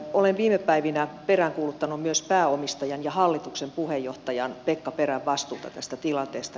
olen viime päivinä peräänkuuluttanut myös pääomistajan ja hallituksen puheenjohtajan pekka perän vastuuta tästä tilanteesta